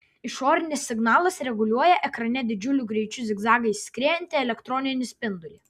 išorinis signalas reguliuoja ekrane didžiuliu greičiu zigzagais skriejantį elektroninį spindulį